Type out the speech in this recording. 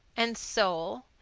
and sole,